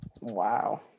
Wow